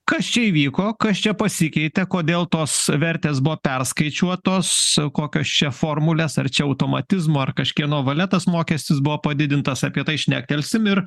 kas čia įvyko kas čia pasikeitė kodėl tos vertės buvo perskaičiuotos kokios čia formulės ar čia automatizmo ar kažkieno valia tas mokestis buvo padidintas apie tai šnektelsim ir